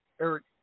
Eric